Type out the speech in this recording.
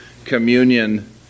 communion